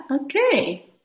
okay